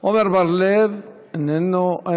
עמר בר-לב, איננו.